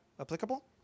applicable